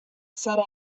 sarà